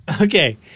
Okay